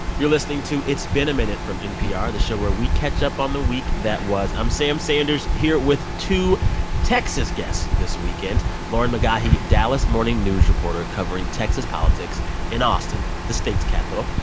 you're listening to it's been a minute from npr, the show where we catch up on the week that was. i'm sam sanders here with two texas guests this weekend lauren mcgaughy, dallas morning news reporter covering texas politics in austin, the state's capital,